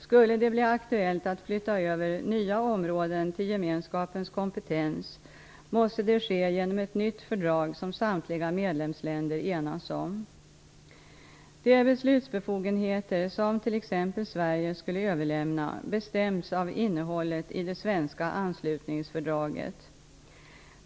Skulle det bli aktuellt att flytta över nya områden till gemenskapens kompetens måste det ske genom ett nytt fördrag som samtliga medlemsländer enas om. De beslutsbefogenheter som t.ex. Sverige skulle överlämna bestäms av innehållet i det svenska anslutningsfördraget.